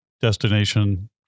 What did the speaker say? destination